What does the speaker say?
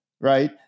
right